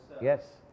Yes